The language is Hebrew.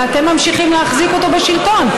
ואתם ממשיכים להחזיק אותו בשלטון.